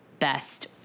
best